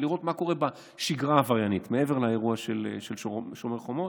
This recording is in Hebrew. ולראות מה קורה בשגרה העבריינית מעבר לאירוע של שומר החומות.